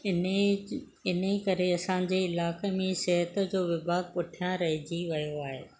इन ई इन ई करे असांजे इलाइक़े में सिहत जो विभाग पुठियां रहिजी वियो आहे